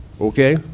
okay